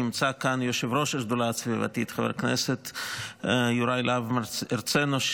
נמצא כאן יושב-ראש השדולה הסביבתית חבר הכנסת יוראי להב הרצנו,